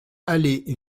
allée